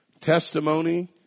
testimony